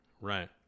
Right